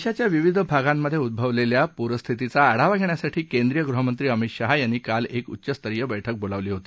देशाच्या विविध भागात उद्ववलेल्या पूरस्थितीचा आढावा घेण्यासाठी केंद्रीय गृहमंत्री अमित शहा यांनी काल एक उच्चस्तरीय बैठक बोलावली होती